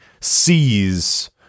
sees